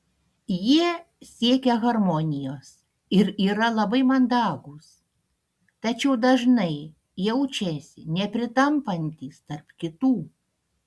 jie siekia harmonijos ir yra labai mandagūs tačiau dažnai jaučiasi nepritampantys tarp kitų